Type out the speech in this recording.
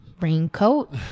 raincoat